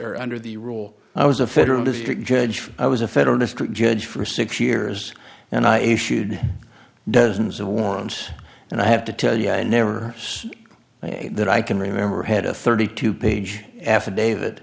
under the rule i was a federal district judge i was a federal district judge for six years and i issued dozens of warrants and i have to tell you i never said that i can remember had a thirty two page affidavit